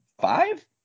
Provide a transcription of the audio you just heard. five